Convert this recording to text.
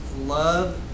love